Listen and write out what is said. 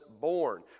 born